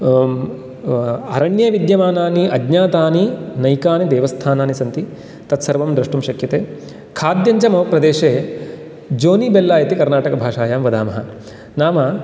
आरण्ये विद्यमानानि अज्ञातानि अनकानि देवस्थानानि सन्ति तत्सर्वं द्रष्टुं शक्यते खाद्यञ्च मम प्रदेशे जोनिबेल्ला इति कर्णाटकभाषायां वदामः नाम